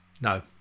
no